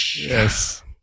Yes